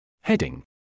Heading